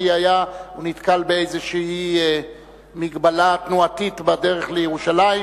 כי הוא נתקל באיזו מגבלה תנועתית בדרך לירושלים,